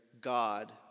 God